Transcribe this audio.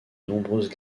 nombreuses